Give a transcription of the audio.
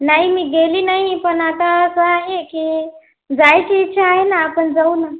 नाही मी गेली नाही पण आता असं आहे की जायची इच्छा आहे ना आपण जाऊ ना